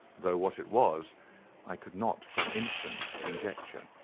though what it was i could not for an instant conjecture.